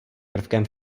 prvkem